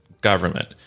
government